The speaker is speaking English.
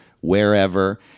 wherever